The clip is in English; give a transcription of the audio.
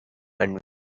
and